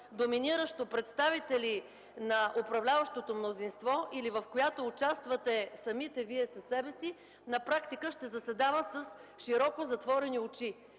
доминиращо представители на управляващото мнозинство или в която участвате самите Вие със себе си, на практика ще заседава с широко затворени очи.